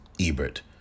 Ebert